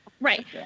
right